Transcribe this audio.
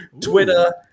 Twitter